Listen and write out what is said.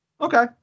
Okay